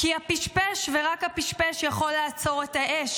כי הפשפש ורק הפשפש יכול לעצור את האש,